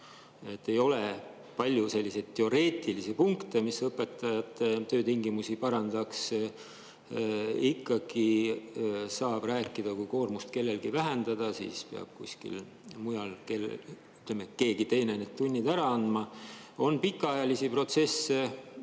Ei ole palju selliseid teoreetilisi punkte, mis õpetajate töötingimusi parandaks. Ikkagi, kui kellelgi koormust vähendada, siis peab keegi teine need tunnid ära andma. On pikaajalisi protsesse,